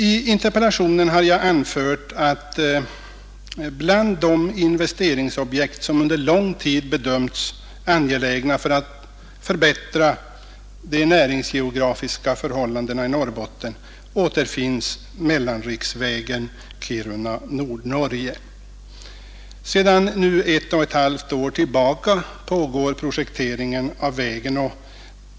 I interpellationen har jag anfört att bland de investeringsobjekt som under lång tid bedömts angelägna för att förbättra de näringsgeografiska förhållandena i Norrbotten återfinns mellanriksvägen Kiruna—Nordnorge. Sedan nu ett och ett halvt år pågår projekteringen av vägen.